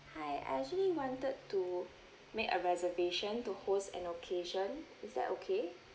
hi I actually wanted to make a reservation to host an occasion is that okay